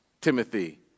Timothy